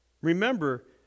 Remember